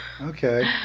Okay